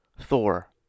Thor